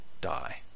die